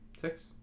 Six